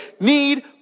Need